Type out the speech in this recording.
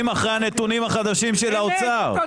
שאלה פשוטה.